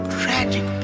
tragic